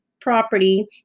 property